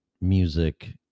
music